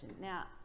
Now